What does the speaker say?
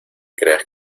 creas